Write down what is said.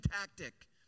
tactic